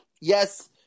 yes